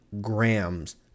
grams